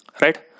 Right